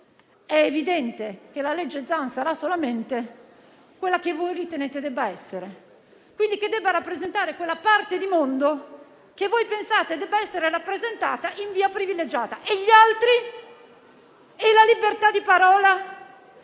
è evidente che tale legge sarà solamente quella che voi ritenete debba essere e che quindi debba rappresentare quella parte di mondo che voi pensate debba essere rappresentata in via privilegiata. E gli altri? E la libertà di parola?